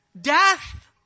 Death